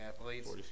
athletes